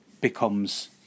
becomes